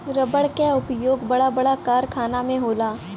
रबड़ क उपयोग बड़ा बड़ा कारखाना में होला